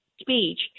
speech